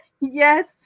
Yes